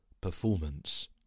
performance